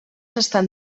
estan